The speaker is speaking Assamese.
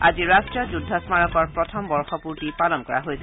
আজি ৰাষ্ট্ৰীয় যুদ্ধ স্মাৰকৰ প্ৰথম বৰ্ষপুৰ্তি পালন কৰা হৈছে